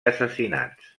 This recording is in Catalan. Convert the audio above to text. assassinats